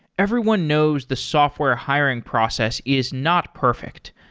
everyone knows the software hiring process is not perfect.